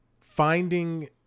Finding